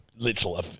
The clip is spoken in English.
Literal